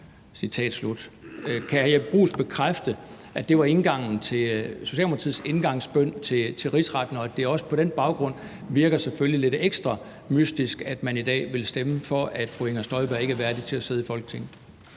Kan hr. Jeppe Bruus bekræfte, at det var Socialdemokratiets indgangsbøn til rigsretssagen, og at det på den baggrund selvfølgelig også virker lidt ekstra mystisk, at man i dag vil stemme for, at fru Inger Støjberg ikke er værdig til at sidde i Folketinget?